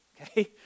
Okay